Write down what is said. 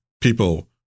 people